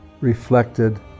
reflected